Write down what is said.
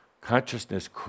Consciousness